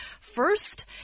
first